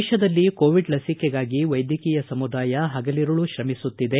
ದೇಶದಲ್ಲಿ ಕೋವಿಡ್ ಲಸಿಕೆಗಾಗಿ ವೈದ್ಯಕೀಯ ಸಮುದಾಯ ಪಗಲಿರುಳೂ ತ್ರಮಿಸುತ್ತಿದೆ